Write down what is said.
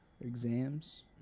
Exams